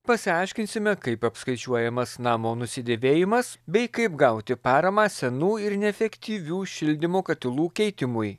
pasiaiškinsime kaip apskaičiuojamas namo nusidėvėjimas bei kaip gauti paramą senų ir neefektyvių šildymo katilų keitimui